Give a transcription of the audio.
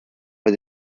but